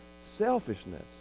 selfishness